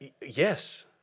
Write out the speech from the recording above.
Yes